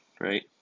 right